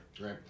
Right